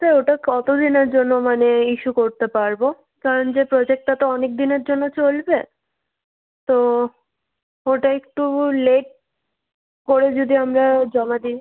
sir ওটা কত দিনের জন্য মানে ইস্যু করতে পারবো কারণ যে প্রোজেক্টটা তো অনেক দিনের জন্য চলবে তো ওটা একটু লেট করে যদি আমরা জমা দিই